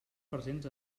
presents